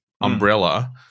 umbrella